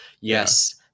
yes